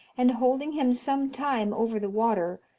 and holding him some time over the water,